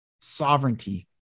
sovereignty